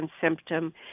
symptom